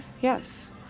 Yes